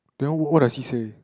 then what does he say